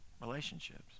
relationships